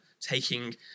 taking